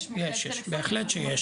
יש, בהחלט יש.